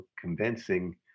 convincing